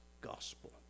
gospel